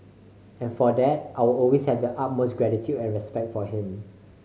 and for that I will always have the utmost gratitude and respect for him